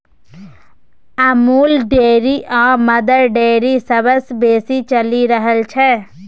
Amul Dairy आ Mother Dairy सबसँ बेसी चलि रहल छै